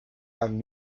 and